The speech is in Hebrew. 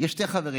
יש שני חברים.